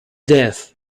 death